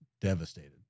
devastated